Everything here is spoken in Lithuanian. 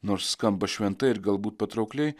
nors skamba šventai ir galbūt patraukliai